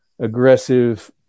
aggressive